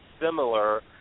similar